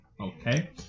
Okay